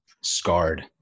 scarred